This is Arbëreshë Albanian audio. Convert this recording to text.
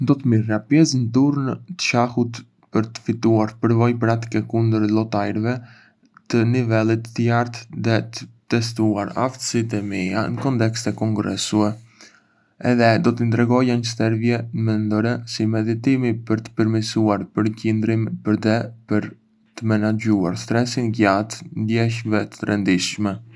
Do të merrja pjesë në turne të shahut për të fituar përvojë praktike kundër lojtarëve të nivelit të lartë dhe për të testuar aftësitë e mia në kontekste konkurruese. Edhé, do të integroja një stërvitje mendore si meditimi për të përmirësuar përqendrimin dhe për të menaxhuar stresin gjatë ndeshjeve të rëndësishme.